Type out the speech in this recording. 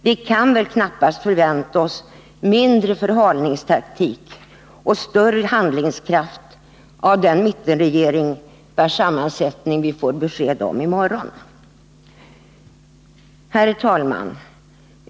Vi kan knappast förvänta oss mindre förhalningstaktik och större handlingskraft av den mittenregering, vars sammansättning vi får besked om i morgon. Herr talman!